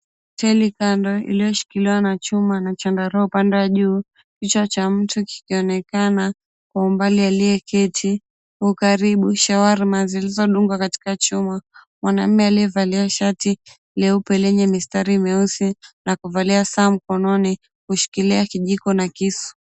Teli kando iliyoshikiliwa na chuma na changarawe pande ya juu kichwa cha mtu kikionekana kwa umbali aliyeketi huku karibu shawarma zilizodungwa katika chuma. Mwanaume aliyevalia shati leupe lenye mistari meusi na kuvalia saa mkononi kushikilia kijiko na kisu.